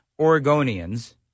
Oregonians